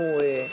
אותך לא.